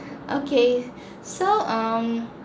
okay so um